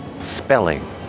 spelling